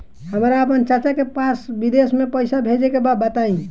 हमरा आपन चाचा के पास विदेश में पइसा भेजे के बा बताई